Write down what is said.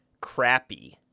Crappy